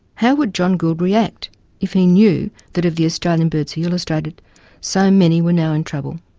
how would john gould react if he knew that of the australian birds he illustrated so many were now in trouble?